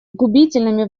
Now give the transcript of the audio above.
губительными